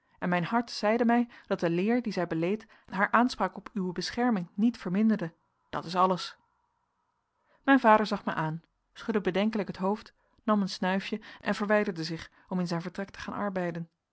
en mijn hart zeide mij dat de leer die zij beleed haar aanspraak op uwe bescherming niet verminderde dat is alles mijn vader zag mij aan schudde bedenkelijk het hoofd nam een snuifje en verwijderde zich om in zijn vertrek te gaan arbeiden